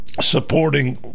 Supporting